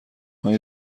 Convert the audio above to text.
های